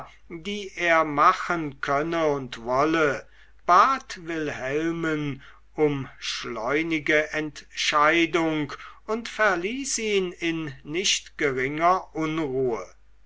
die er machen könne und wolle bat wilhelmen um schleunige entscheidung und verließ ihn in nicht geringer unruhe